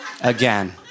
Again